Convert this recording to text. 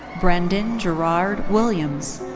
brendan gerard williams.